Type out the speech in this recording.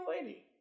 lady